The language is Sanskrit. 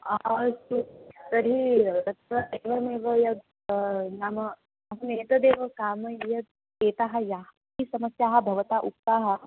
आस्तु तर्हि तत्र एवमेव यत् नाम अहम् एतदेव कामये यत् एताः याः अपि समस्याः भवता उक्ताः